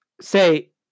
say